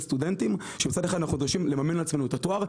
סטודנטים שמצד שני אנחנו נדרשים לממן לעצמנו את התואר,